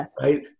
right